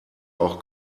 auch